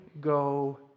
go